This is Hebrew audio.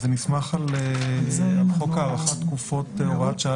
זה נסמך על חוק הארכת תקופות (הוראת שעה